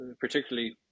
particularly